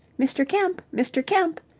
mister kemp! mister kemp!